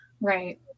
Right